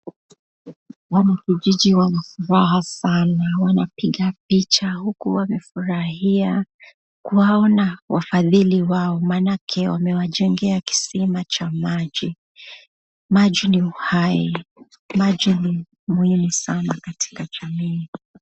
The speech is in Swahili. Wanakijiji wanafuraha sana wanapiga picha huku wamefurahia kuwaona wafadhili wao maanake wamewajengea kisima cha maji. Maji ni uhai, maji ni muhimu sana katika jamii.